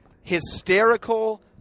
hysterical